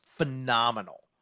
phenomenal